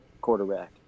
Quarterback